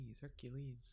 Hercules